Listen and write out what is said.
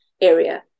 area